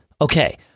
Okay